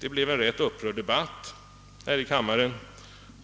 Det blev en rätt upprörd debatt i kammaren,